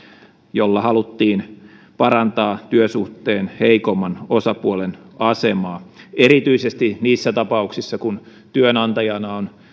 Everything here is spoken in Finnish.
jolla haluttiin parantaa työsuhteen heikomman osapuolen asemaa erityisesti niissä tapauksissa kun työnantajana on